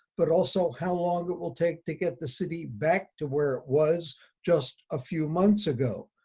but also how long it will take to get the city back to where it was just a few months ago.